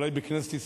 אולי בכנסת ישראל,